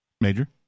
Major